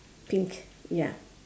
pink ya